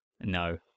No